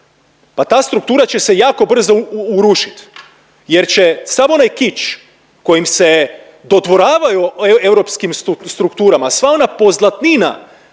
Pa ta struktura će se jako brzo urušiti, jer će sav onaj kič kojim se dodvoravaju europskim strukturama, sva ona pozlatnina